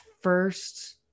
first